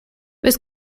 this